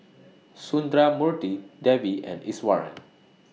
Sundramoorthy Devi and Iswaran